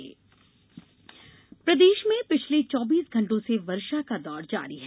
मौसम प्रदेश में पिछले चौबीस घंटों से वर्षा का दौर जारी है